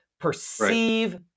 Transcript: perceive